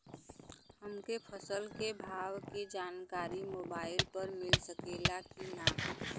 हमके फसल के भाव के जानकारी मोबाइल पर मिल सकेला की ना?